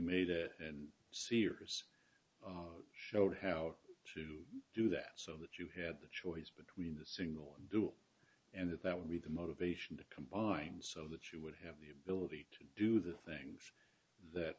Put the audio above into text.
made it and sears showed how to do that so that you had the choice between the single do and that that would be the motivation to combine so that you would have the ability to do the things that